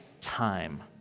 time